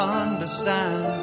understand